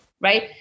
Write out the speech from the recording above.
right